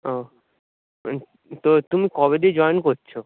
ও তো তুমি কবে দিয়ে জয়েন করছ